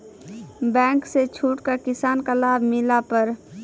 Bank से छूट का किसान का लाभ मिला पर?